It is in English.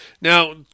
Now